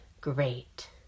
Great